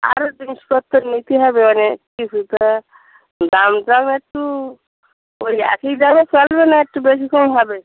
আরও জিনিসপত্র নিতে হবে অনেক কিছুটা দাম টাম একটু ওই একই দামে চলবে না একটু বেশি কম হবে